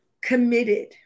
committed